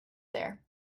there